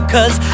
Cause